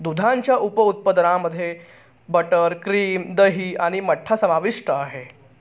दुधाच्या उप उत्पादनांमध्ये मध्ये बटर, क्रीम, दही आणि मठ्ठा समाविष्ट आहे